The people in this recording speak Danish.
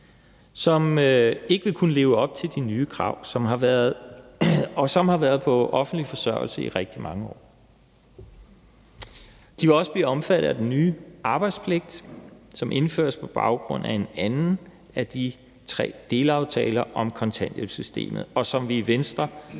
som ikke vil kunne leve op til de nye krav, og som har været på offentlig forsørgelse i rigtig mange år. De vil også blive omfattet af den nye arbejdspligt, som indføres på baggrund af en anden af de tre delaftaler om kontanthjælpssystemet, og som vi i Venstre